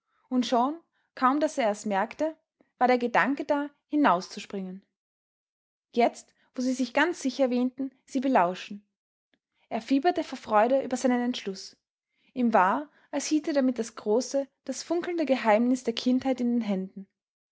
und schon kaum daß ers merkte war der gedanke da hinausspringen jetzt wo sie sich ganz sicher wähnten sie belauschen er fieberte vor freude über seinen entschluß ihm war als hielt er damit das große das funkelnde geheimnis der kindheit in den händen